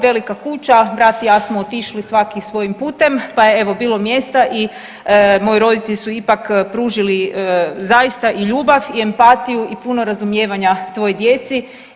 Velika kuća, brat i ja smo otišli svaki svojim putem pa je evo bilo mjesta i moji roditelji su ipak pružili zaista i ljubav i empatiju i puno razumijevanja toj djeci.